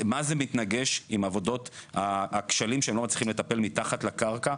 מה זה מתנגש עם הכשלים שהם לא מצליחים לטפל מתחת לקרקע?